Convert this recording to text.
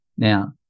Now